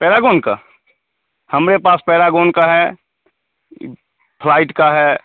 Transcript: Paragon का हमारे पास पैरागॉन का है ई फ्लाइट का है